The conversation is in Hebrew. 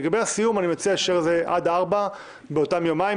לגבי הסיום אני מציע שזה יהיה עד שעה 16 באותם יומיים.